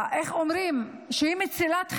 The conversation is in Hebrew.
שהיא מצילת חיים,